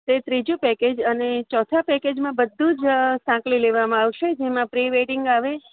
તે ત્રીજું પેકેજ અને ચોથા પેકેજમાં બધું જ સાંકળી લેવામાં આવશે જેમાં પ્રિવેડિંગ આવે